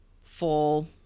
full